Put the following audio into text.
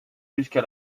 jusqu’à